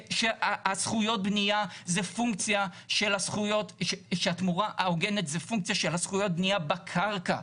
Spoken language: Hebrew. שהתמורה ההוגנת זה פונקציה של הזכויות בנייה בקרקע,